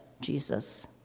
Jesus